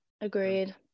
Agreed